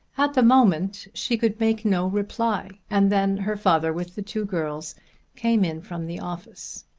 at the moment she could make no reply, and then her father with the two girls came in from the office.